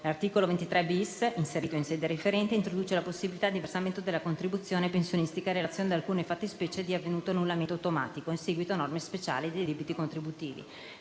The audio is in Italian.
L'articolo 23-*bis* - inserito in sede referente - introduce la possibilità di versamento della contribuzione pensionistica in relazione ad alcune fattispecie di avvenuto annullamento automatico - in seguito a norme speciali - dei debiti contributivi.